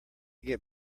get